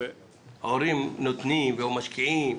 ההורים נותנים ומשקיעים,